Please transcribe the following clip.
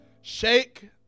Shake